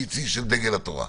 אני נציג של דגל התורה.